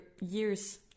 years